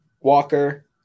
Walker